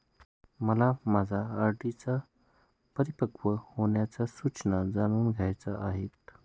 मला माझ्या आर.डी च्या परिपक्व होण्याच्या सूचना जाणून घ्यायच्या आहेत